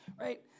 right